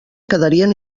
quedarien